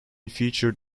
featured